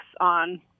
on